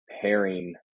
pairing